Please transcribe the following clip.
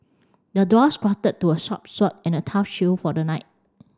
the dwarf crafted to a sharp sword and a tough shield for the knight